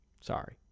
Sorry